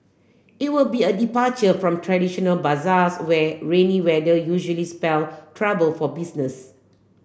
it will be a departure from traditional bazaars where rainy weather usually spell trouble for business